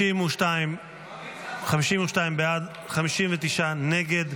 52 בעד, 59 נגד.